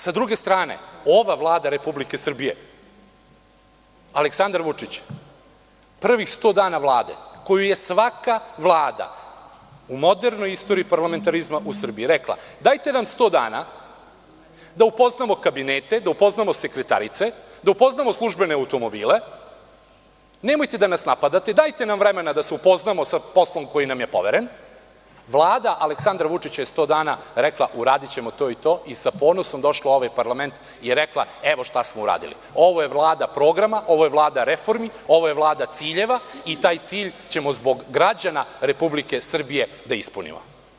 S druge strane, ova Vlada Republike Srbije, Aleksandra Vučića, u prvih 100 dana Vlade, a svaka Vlada u modernoj istoriji parlamentarizma u Srbiji je rekla – dajte nam 100 dana da upoznamo kabinete, da upoznamo sekretarice, da upoznamo službene automobile, nemojte da nas napadate, dajte nam vremena da se upoznamo s poslom koji nam je poveren, ali Vlada Aleksandra Vučića je za 100 dana rekla da će uraditi to i to i sa ponosom došla u ovaj parlament i rekla – evo šta smo uradili, ovo je Vlada programa, ovo je Vlada reformi, ovo je Vlada ciljeva i taj cilj ćemo zbog građana Republike Srbije da ispunimo.